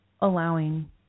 allowing